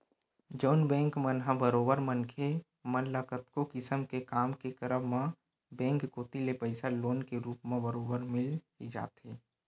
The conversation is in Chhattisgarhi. जउन बेंक मन ह बरोबर मनखे मन ल कतको किसम के काम के करब म बेंक कोती ले पइसा लोन के रुप म बरोबर मिल ही जाथे